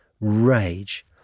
rage